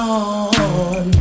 on